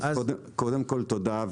אז קודם כל תודה,